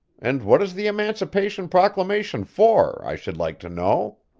and what is the emancipation proclamation for, i should like to know?